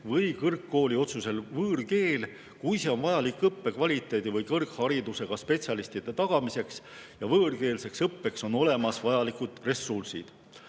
või kõrgkooli otsusel võõrkeel, kui see on vajalik õppe kvaliteedi või kõrgharidusega spetsialistide tagamiseks ja võõrkeelseks õppeks on olemas vajalikud ressursid.